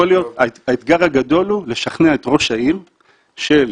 האתגר הגדול הוא לשכנע את ראש העיר של,